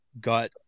got